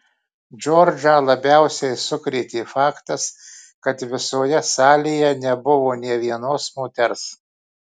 džordžą labiausiai sukrėtė faktas kad visoje salėje nebuvo nė vienos moters